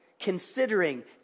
Considering